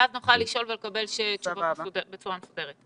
ואז נוכל לשאול ולקבל תשובות בצורה מסודרת.